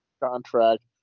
contract